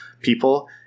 people